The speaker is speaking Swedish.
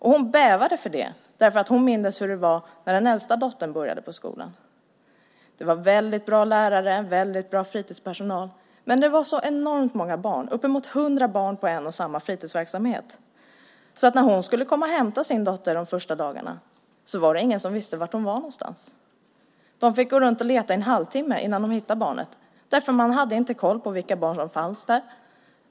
Hon bävade för det därför att hon mindes hur det var när den äldsta dottern började på skolan. Det var väldigt bra lärare och fritidspersonal. Men det var så enormt många barn, uppemot hundra barn på en och samma fritidsverksamhet, så när hon skulle hämta sin dotter de första dagarna var det ingen som visste var dottern var någonstans. De fick gå runt och leta i en halvtimme innan de hittade barnet. Man hade inte koll på vilka barn som fanns där.